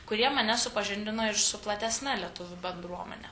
kurie mane supažindino ir su platesne lietuvių bendruomene